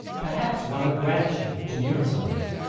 perhaps one of gratitude to neuroscience.